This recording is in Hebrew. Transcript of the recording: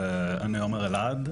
אז אני עומר אלעד,